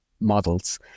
models